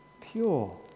pure